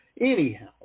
anyhow